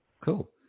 Cool